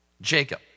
Jacob